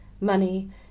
money